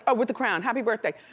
ah with the crown. happy birthday.